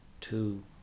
two